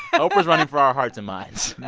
oprah's running for our hearts and minds.